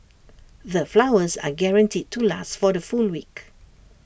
the flowers are guaranteed to last for the full week